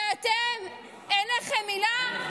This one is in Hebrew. ואתם, אין לכם מילה?